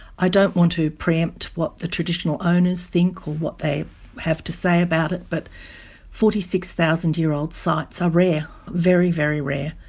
i don't want to pre-empt what the traditional owners think or what they have to say about it but forty six thousand year old sites are rare, very, very rare,